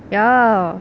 ya